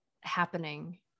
happening